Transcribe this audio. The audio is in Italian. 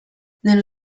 nello